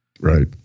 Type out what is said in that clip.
right